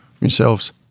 yourselves